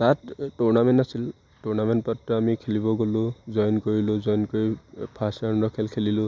তাত টুৰ্নামেণ্ট আছিল টুৰ্নামেণ্ট আমি খেলিব গ'লোঁ জইন কৰিলোঁ জইন কৰি ফাৰ্ষ্ট ৰাউণ্ডৰ খেল খেলিলোঁ